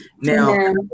Now